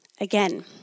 Again